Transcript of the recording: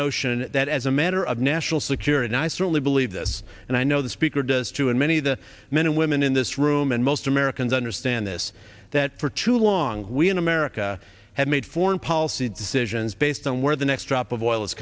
notion that as a matter of national security nice certainly believe this and i know the speaker does too and many of the men and women in this room and most americans understand this that for too long we in america have made foreign policy decisions based on where the next drop of oil is